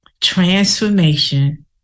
Transformation